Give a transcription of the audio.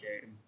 game